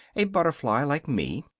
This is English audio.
a butterfly like me.